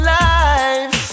life